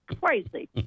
crazy